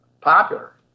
popular